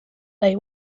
day